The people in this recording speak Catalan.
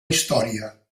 història